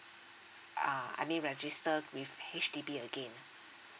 ah I mean register with H_D_B again